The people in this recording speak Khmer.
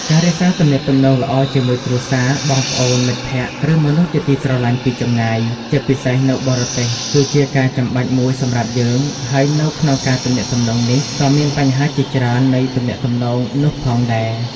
ការរក្សាទំនាក់ទំនងល្អជាមួយគ្រួសារ បងប្អូន មិត្តភក្តិ ឬមនុស្សជាទីស្រឡាញ់ពីចម្ងាយ ជាពិសេសនៅបរទេសគឺជាការចំបាច់មួយសម្រាប់យើង ហើយនៅក្នុងការទំនាក់ទំនងនេះក៏មានបញ្ហាជាច្រើននៃទំនាក់ទំនងនោះផងដែរ។